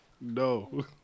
No